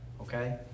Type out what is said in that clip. Okay